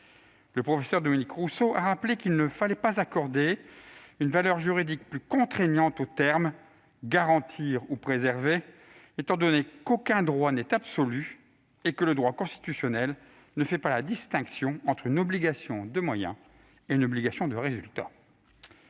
Le professeur Dominique Rousseau a rappelé qu'il ne fallait pas accorder une valeur juridique plus contraignante aux termes « garantir » ou « préserver », étant donné qu'aucun droit n'est absolu et que le droit constitutionnel ne fait pas la distinction entre une obligation de moyens et une obligation de résultat.